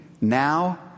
now